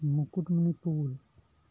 Mukutmanipur